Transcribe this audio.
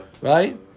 Right